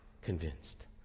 convinced